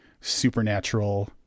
supernatural